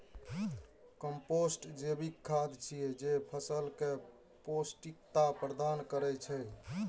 compost जैविक खाद छियै, जे फसल कें पौष्टिकता प्रदान करै छै